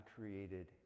created